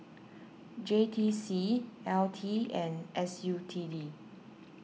J T C L T and S U T D